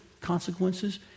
consequences